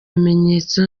bimenyetso